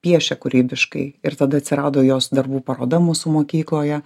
piešia kūrybiškai ir tada atsirado jos darbų paroda mūsų mokykloje